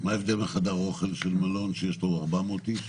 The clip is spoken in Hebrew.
מה ההבדל בין חדר אוכל של מלון שיש לו 400 איש?